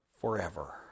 Forever